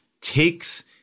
takes